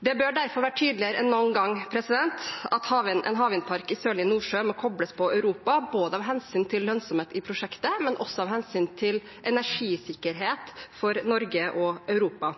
Det bør derfor være tydeligere enn noen gang at en havvindpark i sørlige Nordsjøen må kobles på Europa, både av hensyn til lønnsomhet i prosjektet og av hensyn til energisikkerhet for Norge og Europa.